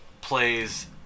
plays